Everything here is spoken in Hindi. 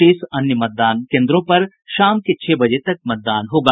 शेष अन्य मतदान कोन्द्रों पर शाम के छह बजे तक मतदान होगा